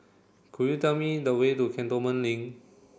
could you tell me the way to Cantonment Link